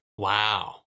Wow